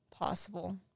possible